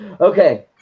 Okay